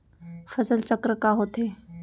फसल चक्र का होथे?